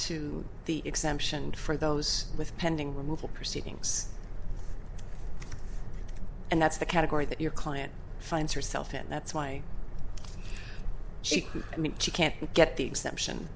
to the exemption for those with pending removal proceedings and that's the category that your client finds herself in that's why she can't get the exemption